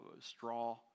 straw